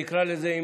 נקרא לזה,